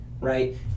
right